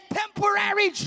temporary